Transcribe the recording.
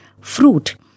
fruit